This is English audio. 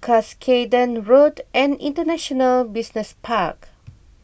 Cuscaden Road and International Business Park